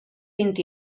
vint